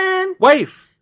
Wife